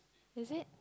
is it